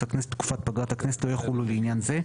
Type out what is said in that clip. הכנסת בתקופת פגרת הכנסת לא יחולו לעניין זה,